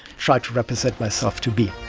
try to represent myself to be.